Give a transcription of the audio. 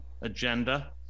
agenda